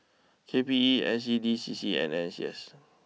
K P E N C D C C and N C S